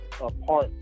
apart